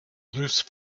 loose